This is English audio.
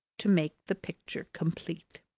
to make the picture complete.